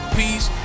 peace